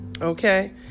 Okay